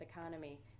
economy